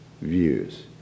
views